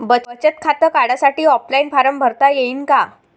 बचत खातं काढासाठी ऑफलाईन फारम भरता येईन का?